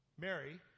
Mary